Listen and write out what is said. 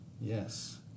Yes